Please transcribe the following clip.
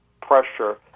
pressure